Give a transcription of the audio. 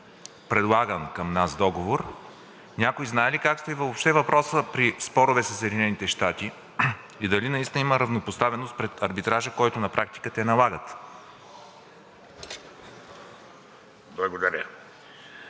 предлаган към нас договор, някой знае ли как стои въобще въпросът при спорове със Съединените щати? Дали наистина има равнопоставеност пред арбитража, който на практика те налагат?